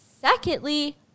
secondly